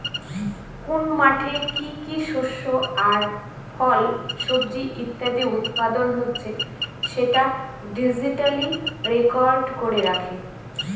কোন মাঠে কি কি শস্য আর ফল, সবজি ইত্যাদি উৎপাদন হচ্ছে সেটা ডিজিটালি রেকর্ড করে রাখে